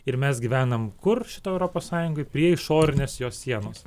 ir mes gyvenam kur šitoj europos sąjungoj prie išorinės jos sienos